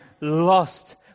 lost